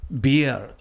beer